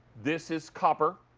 this is copper.